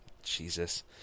Jesus